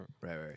right